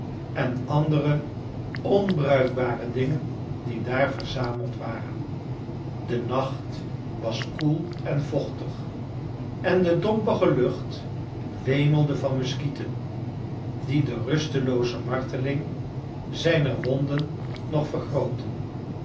en andere onbruikbare dingen die daar verzameld waren de nacht was koel en vochtig en de dompige lucht wemelde van muskieten die de rustelooze marteling zijner wonden nog vergrootten